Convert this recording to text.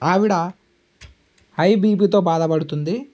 ఆవిడ హై బీపితో బాధపడుతుంది